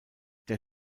der